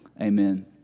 Amen